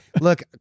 Look